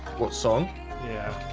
what song yeah